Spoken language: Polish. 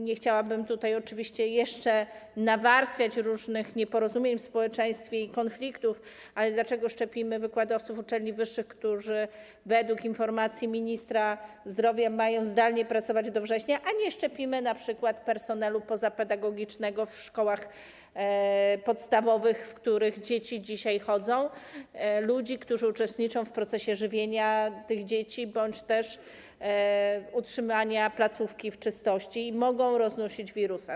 Nie chciałabym oczywiście jeszcze nawarstwiać w społeczeństwie różnych nieporozumień i konfliktów, ale dlaczego szczepimy wykładowców uczelni wyższych, którzy według informacji ministra zdrowia mają zdalnie pracować do września, a nie szczepimy np. personelu pozapedagogicznego w szkołach podstawowych, do których dzieci dzisiaj chodzą - ludzi, którzy uczestniczą w procesie żywienia dzieci bądź też utrzymania placówki w czystości i mogą roznosić wirusa.